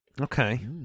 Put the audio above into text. Okay